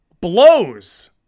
blows